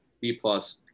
B-plus